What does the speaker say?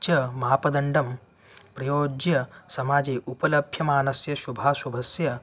च मापदण्डं प्रयोज्य समाजे उपलभ्यमानस्य शुभाशुभस्य